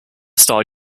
starr